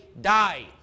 die